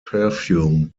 perfume